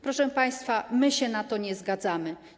Proszę państwa, my się na to nie zgadzamy.